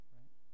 right